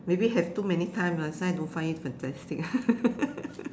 maybe have too many time lah that's why I don't find it fantastic